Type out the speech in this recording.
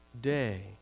day